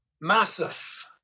massive